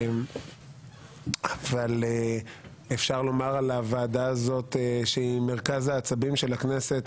אבל אפשר לומר על הוועדה הזאת שהיא מרכז העצבים של הכנסת,